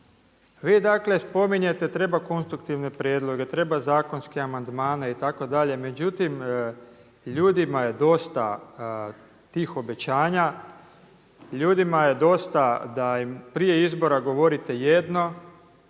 Vi spominjete treba konstruktivne prijedloge, treba zakonske amandmane itd. međutim ljudima je dosta tih obećanja, ljudima je dosta da im prije izbora govorite jedno,